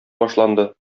башланды